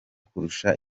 kurusha